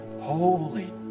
holy